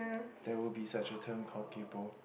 there will be such a term called kaypo